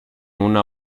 una